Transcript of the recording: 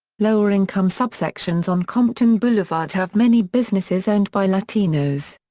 lower-income subsections on compton boulevard have many businesses owned by latinos.